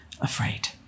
afraid